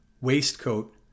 waistcoat